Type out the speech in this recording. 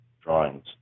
drawings